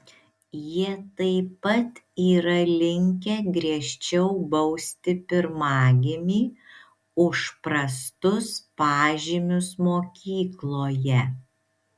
jie taip pat yra linkę griežčiau bausti pirmagimį už prastus pažymius mokykloje